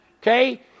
okay